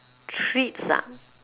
treats ah